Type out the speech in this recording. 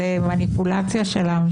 זאת מניפולציה של ה-...